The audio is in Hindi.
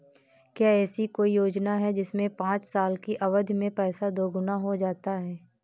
क्या ऐसी कोई योजना है जिसमें पाँच साल की अवधि में पैसा दोगुना हो जाता है?